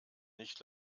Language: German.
nicht